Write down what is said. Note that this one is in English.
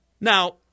Now